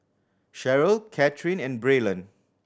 Cheryle Kathryn and Braylon